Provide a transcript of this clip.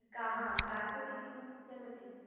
काः कार्पेट् इतिवत् चलति